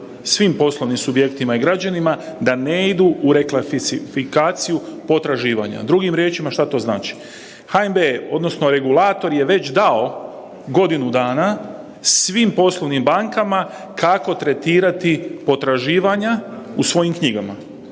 svi poslovnim subjektima i građanima da ne idu u … potraživanja. Drugim riječima šta to znači? HNB odnosno regulator je već dao godinu dana svim poslovnim bankama kako tretirati potraživanja u svojim knjigama,